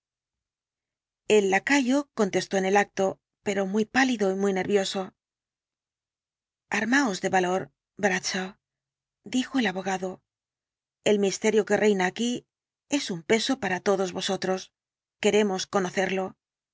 el lacayo contestó en el acto pero muy pálido y muy nervioso armaos de valor bradshaw dijo el abogado el misterio que reina aquí es un peso para todos vosotros queremos conocerlo